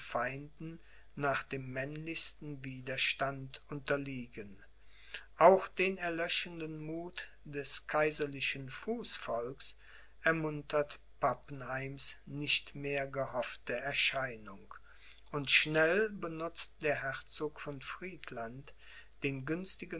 nach dem männlichsten widerstand unterliegen auch den erlöschenden muth des kaiserlichen fußvolks ermuntert pappenheims nicht mehr gehoffte erscheinung und schnell benutzt der herzog von friedland den